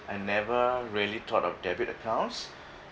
I never really thought of debit accounts